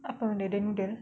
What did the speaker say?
apa the noodle